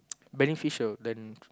beneficial than